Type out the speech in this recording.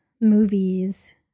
movies